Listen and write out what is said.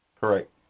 Correct